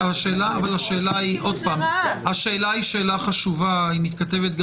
השאלה היא שאלה חשובה והיא מתכתבת גם